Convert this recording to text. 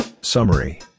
Summary